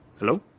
Hello